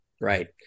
Right